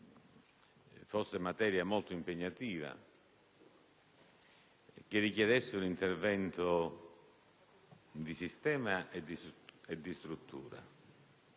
fosse materia molto impegnativa, tale da richiedere un intervento di sistema e di struttura,